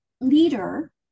leader